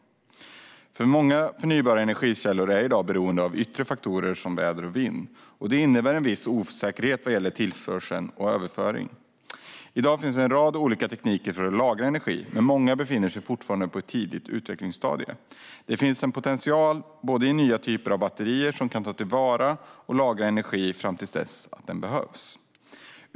Många förnybara energikällor är i dag beroende av yttre faktorer som väder och vind. Det innebär en viss osäkerhet vad gäller tillförsel och överföring. I dag finns en rad olika tekniker för att lagra energi, men många befinner sig fortfarande på ett tidigt utvecklingsstadium. Det finns en potential i nya typer av batterier som kan ta till vara och lagra energi fram till dess att den behövs.